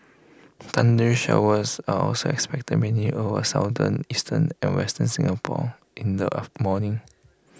thundery showers are also expected mainly over southern eastern and western Singapore in the morning